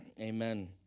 Amen